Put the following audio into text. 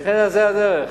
וכן, זה הדרך.